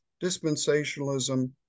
dispensationalism